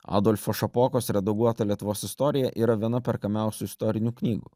adolfo šapokos redaguota lietuvos istorija yra viena perkamiausių istorinių knygų